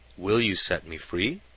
will you set me free?